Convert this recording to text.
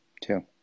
Two